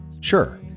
Sure